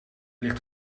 ligt